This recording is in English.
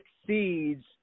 succeeds